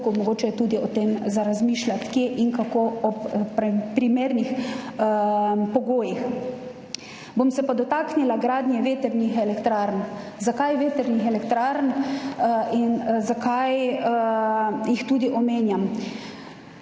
razmišljati tudi o tem, kje in kako, ob primernih pogojih. Bom pa se dotaknila gradnje vetrnih elektrarn. Zakaj vetrnih elektrarn in zakaj jih tudi omenjam?